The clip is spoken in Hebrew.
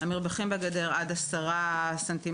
מרווחים בגדר עד 10 ס"מ.